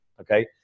Okay